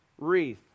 wreath